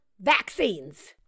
vaccines